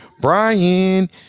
Brian